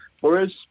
Whereas